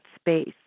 space